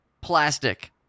plastic